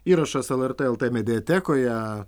įrašas lrt lt mediatekoje